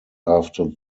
after